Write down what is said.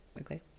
Okay